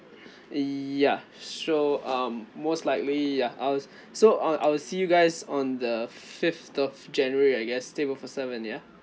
ya so um most likely ya I'll so I'll I'll see you guys on the fifth of january I guess table for seven ya